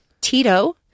Tito